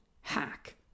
hack